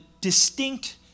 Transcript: distinct